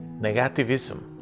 Negativism